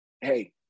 hey